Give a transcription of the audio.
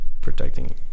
protecting